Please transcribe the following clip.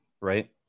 right